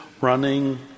running